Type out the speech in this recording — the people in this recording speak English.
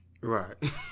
Right